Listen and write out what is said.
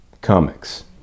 comics